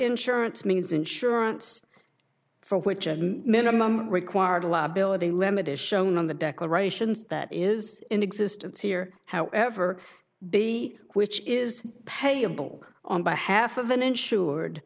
insurance means insurance for which a minimum required to live below the limit is shown on the declarations that is in existence here however b which is payable on behalf of an insured